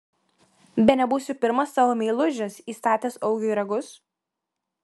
bene būsiu pirmas tavo meilužis įstatęs augiui ragus